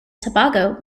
tobago